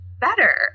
better